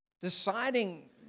deciding